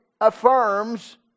affirms